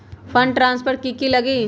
Fund transfer कि की लगी?